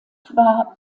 war